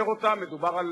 מדבר על